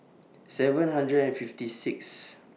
seven hundred and fifty Sixth